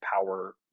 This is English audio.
power